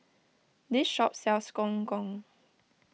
this shop sells Gong Gong